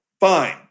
fine